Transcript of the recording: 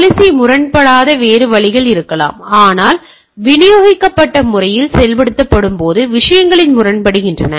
policy முரண்படாத வேறு வழிகள் இருக்கலாம் ஆனால் விநியோகிக்கப்பட்ட முறையில் செயல்படுத்தப்படும்போது விஷயங்கள் முரண்படுகின்றன